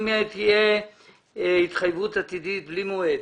אם תהיה התחייבות עתידית בלי מועד,